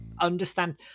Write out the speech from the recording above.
understand